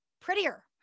prettier